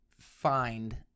find